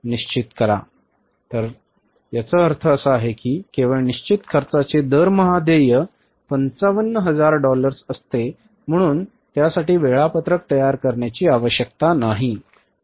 तर याचा अर्थ असा आहे की केवळ निश्चित खर्चाचे दरमहा देय 55 हजार डॉलर्स असते म्हणून त्यासाठी वेळापत्रक तयार करण्याची आवश्यकता नाही